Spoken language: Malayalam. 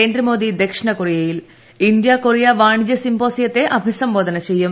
നരേന്ദ്രമോദി ദക്ഷിണ കൊറിയയിൽ ഇന്ത്യ കൊറിയ വാണിജൃ സിംബോസിയത്തെ അഭിസംബോധന ചെയ്യും